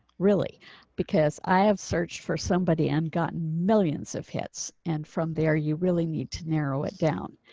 really because i have searched for somebody and gotten millions of hits. and from there, you really need to narrow it down.